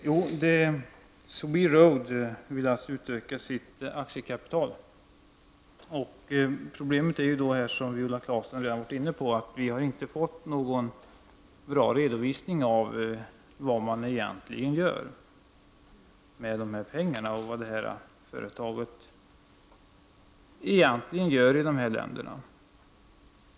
Herr talman! SweRoad vill alltså öka sitt aktiekapital. Problemet är, som Viola Claesson redan varit inne på, att vi inte fått någon bra redovisning av vad man egentligen gör med pengarna och vad företaget egentligen gör i de nämnda länderna.